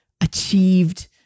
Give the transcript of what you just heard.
achieved